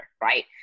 right